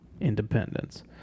independence